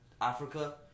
Africa